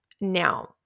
now